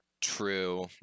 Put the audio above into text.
True